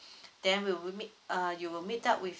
then you will meet uh you will meet up with